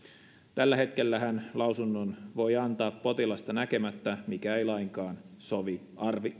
tällä hetkellähän lausunnon voi antaa potilasta näkemättä mikä ei lainkaan sovi